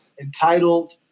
entitled